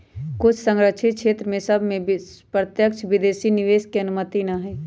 कुछ सँरक्षित क्षेत्र सभ में प्रत्यक्ष विदेशी निवेश के अनुमति न हइ